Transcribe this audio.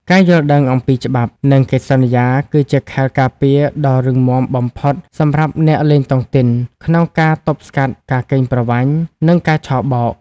ការយល់ដឹងអំពីច្បាប់ និងកិច្ចសន្យា គឺជាខែលការពារដ៏រឹងមាំបំផុតសម្រាប់អ្នកលេងតុងទីន ក្នុងការទប់ស្កាត់ការកេងប្រវ័ញ្ច និងការឆបោក។